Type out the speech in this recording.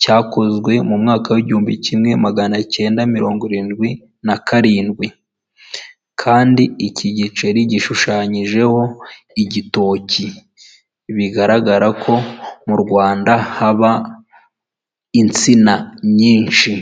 cyakozwe mu mwaka w' igihumbi kimwe magana cyenda mirongo irindwi na karindwi, kandi iki giceri gishushanyijeho igitoki bigaragara ko mu Rwanda haba insina nyinshi.